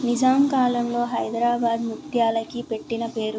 నిజాం కాలంలో హైదరాబాద్ ముత్యాలకి పెట్టిన పేరు